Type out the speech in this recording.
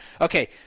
Okay